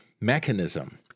mechanism